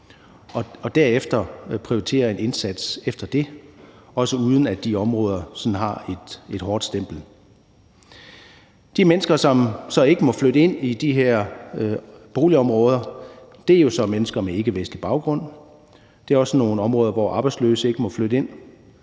og derefter prioriterer en indsats efter det – også uden at de områder sådan har et hårdt stempel. De mennesker, som så ikke må flytte ind i de her boligområder, er jo mennesker med ikkevestlig baggrund. Det er også sådan nogle områder, hvor arbejdsløse ikke må flytte ind